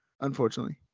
unfortunately